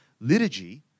liturgy